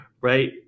right